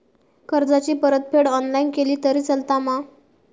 कर्जाची परतफेड ऑनलाइन केली तरी चलता मा?